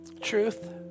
Truth